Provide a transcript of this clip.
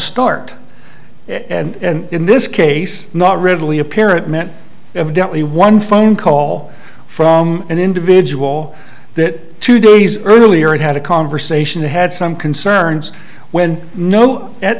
start and in this case not readily apparent met evidently one phone call from an individual that two days earlier had had a conversation that had some concerns when no